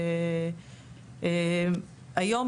שהיום,